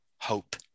hope